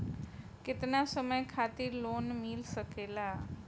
केतना समय खातिर लोन मिल सकेला?